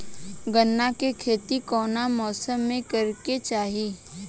गन्ना के खेती कौना मौसम में करेके चाही?